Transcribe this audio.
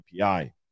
API